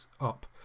up